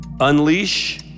unleash